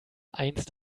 einst